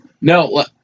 No